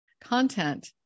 content